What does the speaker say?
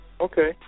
Okay